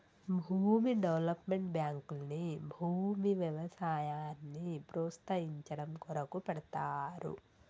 భూమి డెవలప్మెంట్ బాంకుల్ని భూమి వ్యవసాయాన్ని ప్రోస్తయించడం కొరకు పెడ్తారు